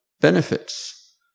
benefits